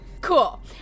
Cool